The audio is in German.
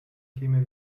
käme